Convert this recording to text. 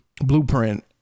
blueprint